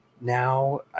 now